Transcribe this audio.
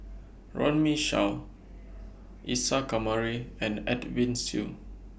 Runme Shaw Isa Kamari and Edwin Siew